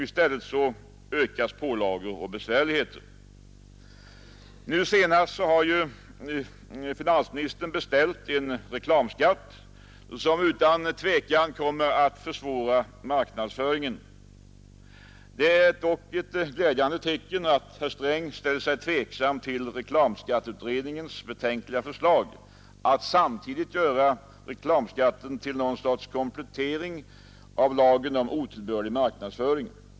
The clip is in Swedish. I stället ökas pålagor och besvärligheter. Nu senast har finansministern beställt en reklamskatt som utan tvekan kommer att försvåra marknadsföringen. Det är dock ett glädjande tecken att herr Sträng ställer sig tveksam till reklamskatteutredningens betänkliga förslag att samtidigt göra reklamskatten till något slags komplettering av lagen om otillbörlig marknadsföring.